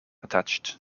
attached